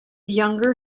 younger